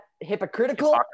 hypocritical